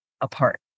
apart